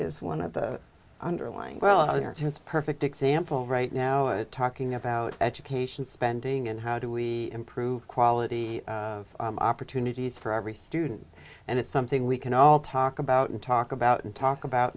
is one of the underlying well you're just perfect example right now talking about education spending and how do we improve quality of opportunities for every student and it's something we can all talk about and talk about and talk about